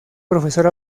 profesor